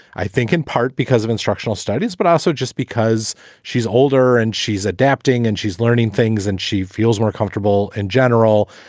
i think in part because of instructional studies, but also just because she's older and she's adapting and she's learning things and she feels more comfortable in general.